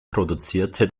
produzierte